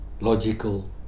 logical